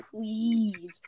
please